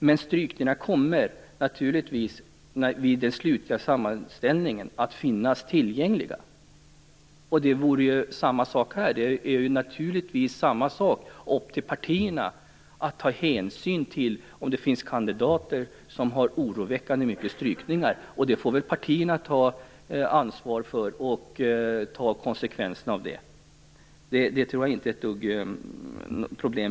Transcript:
Men strykningarna kommer naturligtvis att finnas tillgängliga vid den slutliga sammanställningen. Det är naturligtvis även här upp till partierna att ta hänsyn till om det finns kandidater som har oroväckande mycket strykningar. Det får väl partierna ta ansvar för och ta konsekvenserna av. Det tror jag inte är något problem.